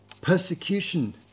persecution